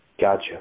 Gotcha